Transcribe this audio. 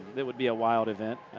that would be a wild event.